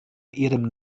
ihrem